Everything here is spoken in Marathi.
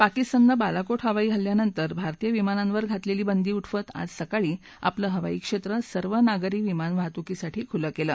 पाकिस्ताननं बालाकोट हवाई हल्ल्यानंतर भारतीय विमानांवर घातलेली बंदी उठवत आज सकाळी आपलं हवाई क्षेत्र सर्व नागरी विमान वाहतुकीसाठी खुलं केलं